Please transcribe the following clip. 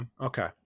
Okay